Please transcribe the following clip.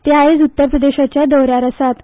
ते आयय उत्तर प्रदेशाच्या दौऱ्यार आसात